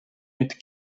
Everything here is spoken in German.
mit